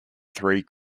three